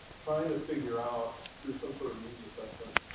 trying to figure out, through some sort of needs assessment,